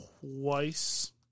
twice